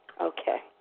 Okay